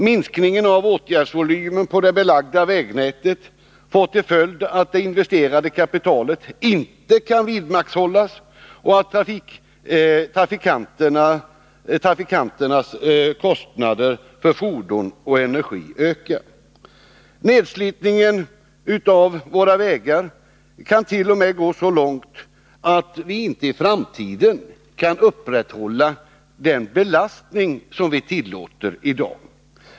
Minskningen av åtgärdsvolymen på det belagda vägnätet får till följd att det investerade kapitalet inte kan vidmakthållas och att trafikanternas kostnader för fordon och energi ökar. Nedslitningen av våra vägar kant.o.m. gå så långt att vi inte i framtiden kan tillåta den belastning vi godkänner i dag.